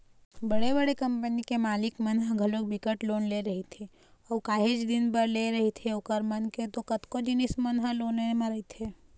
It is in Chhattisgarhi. बड़े बड़े कंपनी के मालिक मन ह घलोक बिकट लोन ले रहिथे अऊ काहेच दिन बर लेय रहिथे ओखर मन के तो कतको जिनिस मन ह लोने म रहिथे